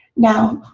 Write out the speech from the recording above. now,